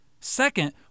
Second